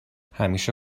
همیشه